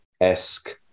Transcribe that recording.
esque